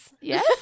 yes